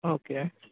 okay